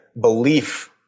belief